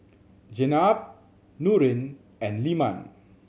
Jenab Nurin and Leman